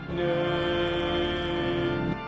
name